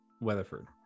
Weatherford